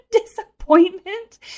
disappointment